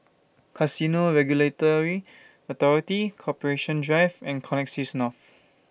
Casino Regulatory Authority Corporation Drive and Connexis North